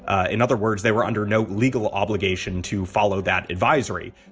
ah in other words, they were under no legal obligation to follow that advisory